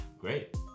Great